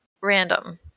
random